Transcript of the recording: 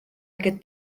aquest